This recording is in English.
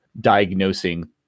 diagnosing